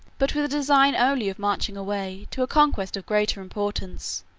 but with a design only of marching away to a conquest of greater importance,